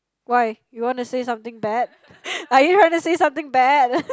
why you wanna say something bad are you trying to say something bad